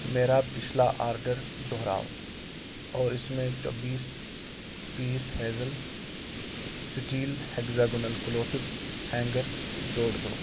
میرا پچھلا آرڈر دوہراؤ اور اس میں چوبیس piece hazel steel hexagonal clothes hanger جوڑ دو